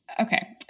Okay